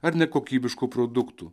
ar nekokybiškų produktų